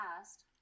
past